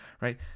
right